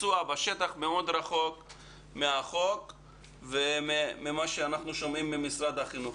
הביצוע בשטח מאוד רחוק מהחוק וממה שאנחנו שומעים ממשרד החינוך.